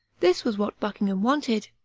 this was what buckingham wanted,